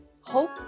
hope